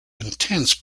intense